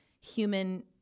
human